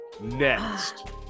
next